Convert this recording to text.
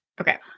Okay